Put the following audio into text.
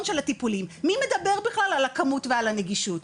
של הטיפולים מי מדבר בכלל על הכמות ועל הנגישות.